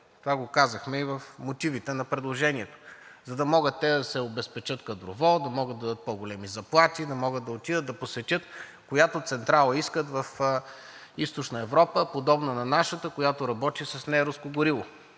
Това го казахме и в мотивите на предложението, за да могат те да се обезпечат кадрово, да могат да дадат по-големи заплати, да могат да отидат, да посетят която централа искат в Източна Европа, подобна на нашата, която работи с неруско гориво.